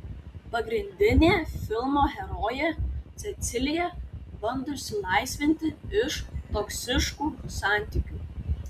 pagrindinė filmo herojė cecilija bando išsilaisvinti iš toksiškų santykių